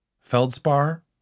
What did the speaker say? Feldspar